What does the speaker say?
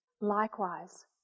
Likewise